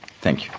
thank you.